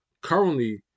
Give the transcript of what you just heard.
Currently